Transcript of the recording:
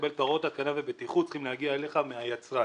הוראות ההתקנה והבטיחות צריכות להגיע אליך מהיצרן.